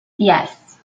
yes